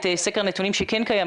את סקר הנתונים שכן קיים,